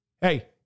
Hey